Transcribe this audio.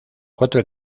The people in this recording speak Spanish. cuatro